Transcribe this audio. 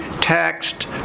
taxed